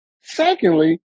Secondly